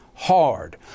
hard